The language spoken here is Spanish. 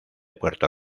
puerto